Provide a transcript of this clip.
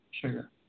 sugar